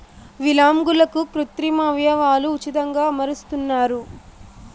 విలాంగులకు కృత్రిమ అవయవాలు ఉచితంగా అమరుస్తున్నారు